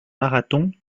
marathon